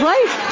Life